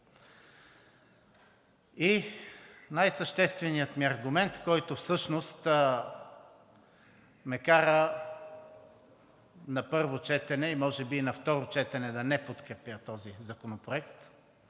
И най-същественият ми аргумент, който всъщност ме кара на първо четене, а може би и на второ четене, да не подкрепя този законопроект